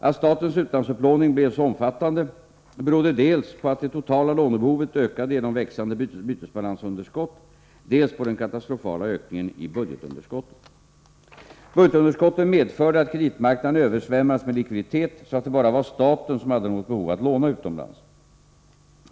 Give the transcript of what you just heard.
Att statens utlandsupplåning blev så omfattande berodde dels på att det totala lånebehovet ökade genom växande bytesbalansunderskott, dels på den katastrofala ökningen i budgetunderskotten. Budgetunderskotten medförde att kreditmarknaden översvämmades med likviditet, så att det bara var staten som hade något behov att låna utomlands.